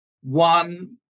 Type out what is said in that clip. one